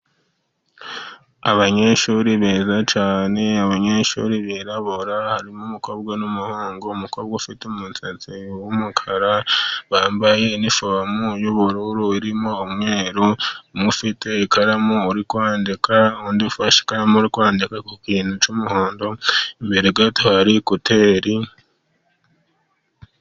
Abanyeshuri beza cyane, abanyeshuri birabura harimo umukobwa n'umuhungu, umukobwa ufite umusatsi w'umukara, bambaye inifomu y'ubururu irimo umweru, umwe ufite ikaramu uri kwandika. Undi ufashe ikaramu uri kwandika ku kintu cy'umuhondo, imbere gato hari ekuteri.